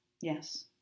Yes